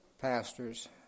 pastors